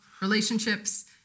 relationships